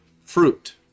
fruit